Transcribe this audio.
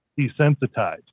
desensitized